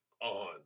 on